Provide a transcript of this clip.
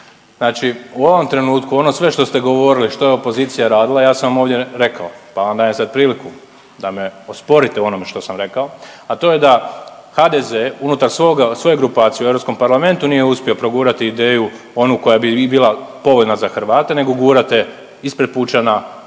Znači u ovom trenutku ono sve što ste govorili što je opozicija radila ja sam vam ovdje rekao pa vam dajem sad priliku da me osporite u onome što sam rekao, a to je da HDZ unutar svoje grupacije u Europskom parlamentu nije uspio progurati ideju onu koja bi i bila povoljna za Hrvate nego gurate ispred pučana ideju